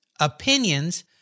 opinions